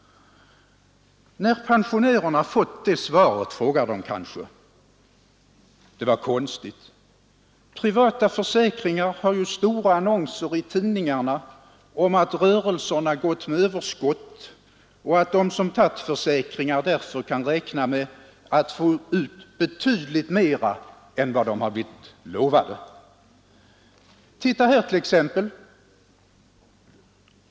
När pensionärerna fått det svaret säger de kanske: ”Det var konstigt! Privata försäkringsbolag har ju stora annonser i tidningarna om att rörelserna gått med överskott och att de som tagit försäkringar därför kan räkna med att få ut betydligt mer än vad de har blivit lovade. Titta här t.ex.!